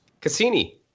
Cassini